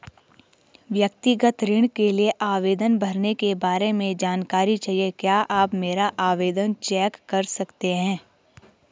व्यक्तिगत ऋण के लिए आवेदन भरने के बारे में जानकारी चाहिए क्या आप मेरा आवेदन चेक कर सकते हैं?